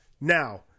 Now